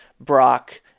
Brock